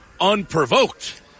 unprovoked